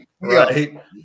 right